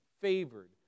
favored